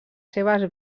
seves